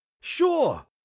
sure